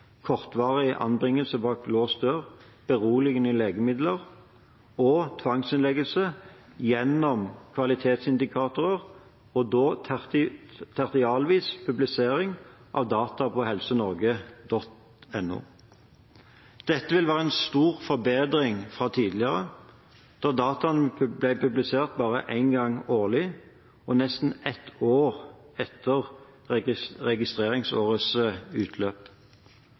beroligende legemidler – og tvangsinnleggelser gjennom kvalitetsindikatorer og tertialvis publisering av data på www.helsenorge.no. Dette vil være en stor forbedring fra tidligere, da dataene ble publisert bare én gang årlig – og nesten ett år etter registreringsårets utløp.